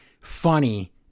funny